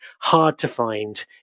hard-to-find